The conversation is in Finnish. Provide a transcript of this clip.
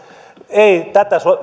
ei tätä